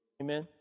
Amen